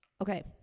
Okay